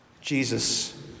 Jesus